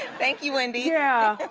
thank you, wendy. yeah,